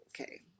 okay